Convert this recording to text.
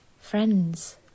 Friends